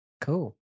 Cool